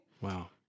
Wow